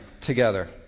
together